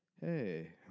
Hey